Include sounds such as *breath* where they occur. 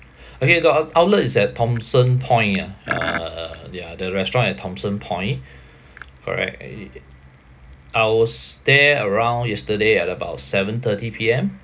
*breath* okay the out~ outlet is at thomson point ah uh the ah the restaurant at thomson point *breath* correct i~ I was there around yesterday at about seven thirty P_M